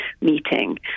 meeting